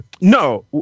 No